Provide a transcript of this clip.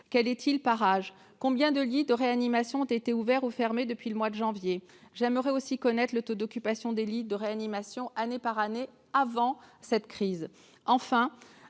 que vous donnez. Combien de lits de réanimation ont-ils été ouverts ou fermés depuis le mois de janvier ? J'aimerais aussi connaître le taux d'occupation des lits de réanimation année par année avant la crise.